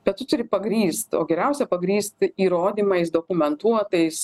bet tu turi pagrįst o geriausia pagrįsti įrodymais dokumentuotais